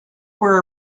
were